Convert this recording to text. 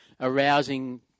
arousing